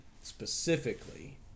specifically